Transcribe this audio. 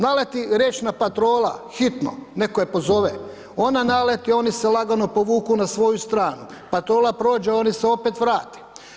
Naleti riječna patrola, hitno, netko je pozove, oni nalete, oni se lagano povuku na svoju stranu, patrola prođe, oni se opet vrati.